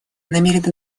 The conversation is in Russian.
намерена